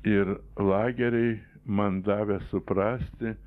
ir lageriai man davė suprasti